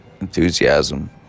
enthusiasm